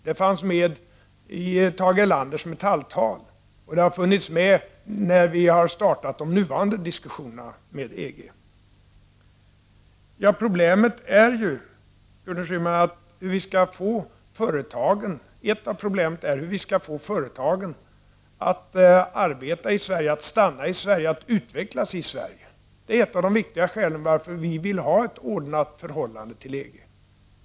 Det fanns med i Tage Erlanders Metalltal, och det har funnits med när vi har startat de nuvarande diskussionerna med EG. Ett av problemen är hur vi skall få företagen att arbeta i Sverige, stanna i Sverige och utvecklas i Sverige. Det är ett av de viktiga skälen till att vi vill ha ett ordnat förhållande till EG.